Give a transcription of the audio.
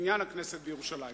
בבניין הכנסת בירושלים.